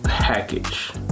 package